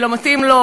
לא מתאים לו,